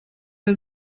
der